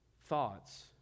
thoughts